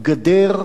גדר,